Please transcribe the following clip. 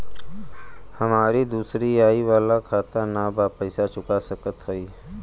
हमारी दूसरी आई वाला खाता ना बा पैसा चुका सकत हई?